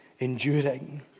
enduring